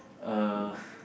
uh